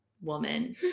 woman